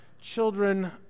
children